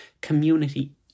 community